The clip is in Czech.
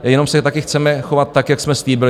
Jenom se taky chceme chovat tak, jak jsme slíbili.